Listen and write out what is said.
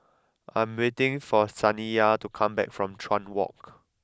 I am waiting for Saniyah to come back from Chuan Walk